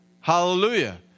Hallelujah